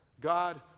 God